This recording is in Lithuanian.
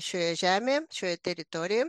šioje žemėje šioje teritorijoje